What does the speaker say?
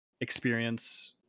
experience